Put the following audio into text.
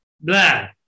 blah